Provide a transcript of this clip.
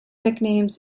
nicknames